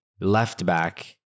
left-back